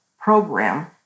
program